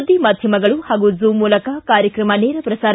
ಸುದ್ದಿ ಮಾಧ್ಯಮಗಳು ಹಾಗೂ ಜೂಮ್ ಮೂಲಕ ಕಾರ್ಯಕ್ರಮ ನೇರ ಪ್ರಸಾರ